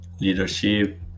Leadership